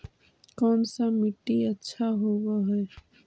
कोन सा मिट्टी अच्छा होबहय?